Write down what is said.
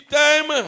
time